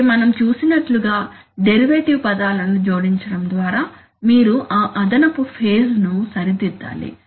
కాబట్టి మనం చూసినట్లుగా డెరివేటివ్ పదాలను జోడించడం ద్వారా మీరు ఆ అదనపు ఫేజ్ ను సరిదిద్దాలి